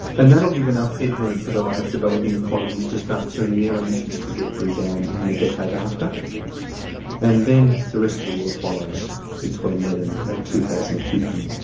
and that'll give enough headroom for the large developing economies to start turning their emissions trajectory down in the decade after and then the rest of the world follows between then and and two thousand and fifty.